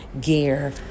gear